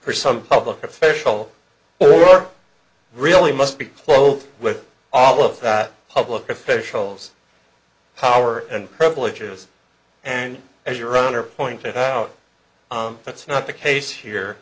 for some public official or really must be clothed with all of that public officials power and privileges and as your honor pointed out that's not the case